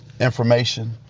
information